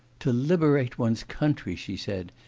to liberate one's country she said.